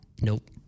Nope